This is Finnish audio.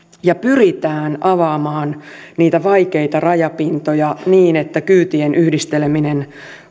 ja pyritään avaamaan niitä vaikeita rajapintoja niin että kyytien yhdisteleminen